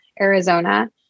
Arizona